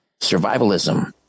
survivalism